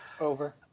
Over